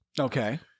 Okay